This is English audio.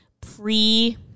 pre